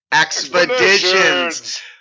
expeditions